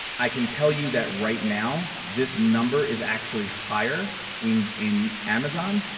i can tell you that right now, this number is actually higher in in amazon